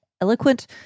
eloquent